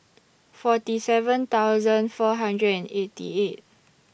forty seven thousand four hundred and eighty eight